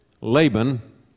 Laban